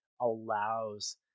allows